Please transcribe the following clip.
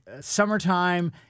summertime